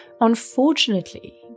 Unfortunately